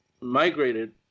migrated